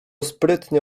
sprytnie